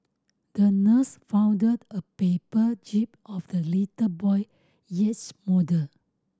the nurse folded a paper jib of the little boy yacht model